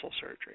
surgery